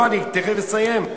לא, אני תכף מסיים.